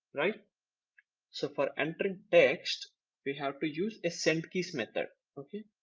like so for entering text we have to use a send keys method okay.